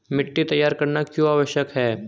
मिट्टी तैयार करना क्यों आवश्यक है?